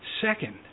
Second